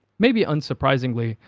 maybe unsurprisingly,